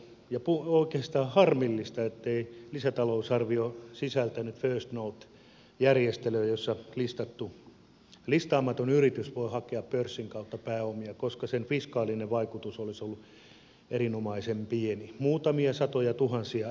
on oikeastaan harmillista ettei lisätalousarvio sisältänyt first north järjestelyä jossa listaamaton yritys voi hakea pörssin kautta pääomia koska sen fiskaalinen vaikutus olisi ollut erinomaisen pieni muutamia satojatuhansia euroja